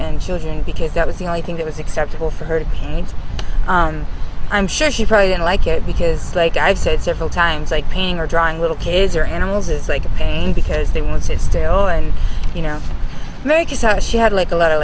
and children because that was the only thing that was acceptable for her and i'm sure she probably didn't like it because like i've said several times like painting or drawing little kids or animals it's like a pain because they would sit still and you know she had like a lot of